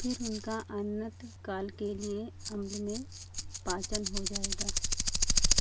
फिर उनका अनंतकाल के लिए अम्ल में पाचन हो जाएगा